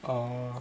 oh